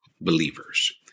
believers